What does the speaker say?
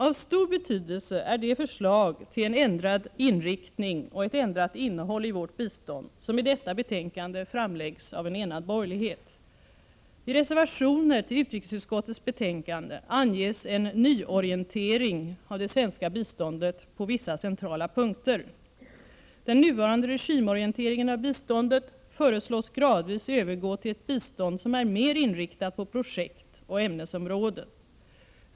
Av stor betydelse är de förslag till en ändrad inriktning och ett ändrat innehåll i vårt bistånd som i detta betänkande framläggs av en enad borgerlighet. I reservationer till utrikesutskottets betänkande anges en nyorientering av det svenska biståndet på vissa centrala punkter. Den nuvarande regimorienteringen av biståndet föreslås gradvis övergå till ett bistånd som är mer inriktat på projekt och ämnesområden.